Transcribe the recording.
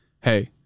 Hey